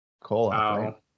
Cole